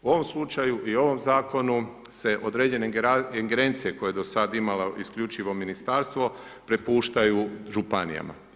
U ovom slučaju i u ovom zakonu se određene ingerencije koje je do sad imala isključivo Ministarstvo, prepuštaju županijama.